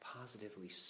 positively